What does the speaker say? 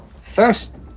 First